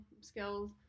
skills